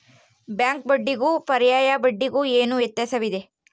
Bank ಬಡ್ಡಿಗೂ ಪರ್ಯಾಯ ಬಡ್ಡಿಗೆ ಏನು ವ್ಯತ್ಯಾಸವಿದೆ?